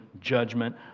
judgment